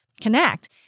connect